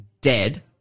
dead